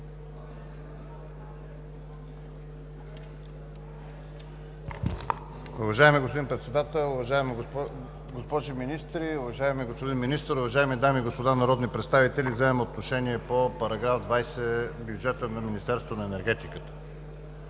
Уважаеми господин Председател, уважаеми госпожи министри, уважаеми господин Министър, уважаеми господа народни представители! Вземам отношение по чл. 20 – бюджетът на Министерството на енергетиката.